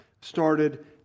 started